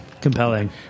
Compelling